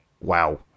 wow